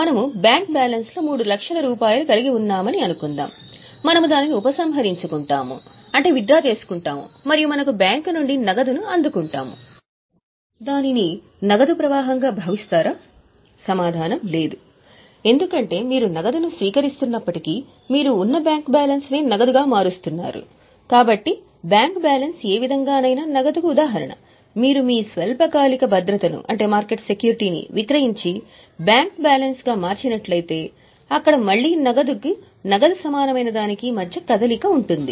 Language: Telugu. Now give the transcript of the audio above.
మనము బ్యాంక్ బ్యాలెన్స్లో 3 లక్షల రూపాయలు కలిగి ఉన్నామని అనుకుందాం మనము దానిని ఉపసంహరించుకుంటాము విక్రయించి బ్యాంక్ బ్యాలెన్స్గా మార్చినట్లయితే అక్కడ మళ్ళీ నగదుకు నగదు సమానమైన దానికి మధ్య కదలిక ఉంటుంది